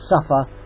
suffer